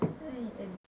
what is that